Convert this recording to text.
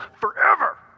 forever